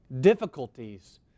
difficulties